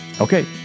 Okay